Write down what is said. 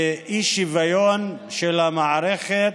ואי-שוויון של המערכת.